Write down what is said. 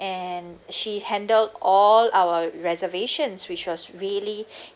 and she handled all our reservations which was really